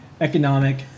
economic